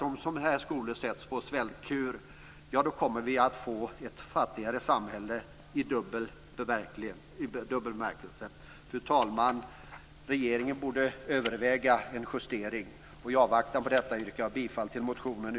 Om sådana här skolor sätts på svältkur tror jag att vi kommer att få ett fattigare samhälle, i dubbel bemärkelse. Fru talman! Regeringen borde överväga en justering. I avvaktan på detta yrkar jag bifall till motion